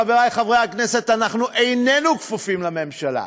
חברי חברי הכנסת: אנחנו איננו כפופים לממשלה,